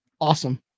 Awesome